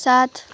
सात